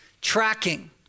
tracking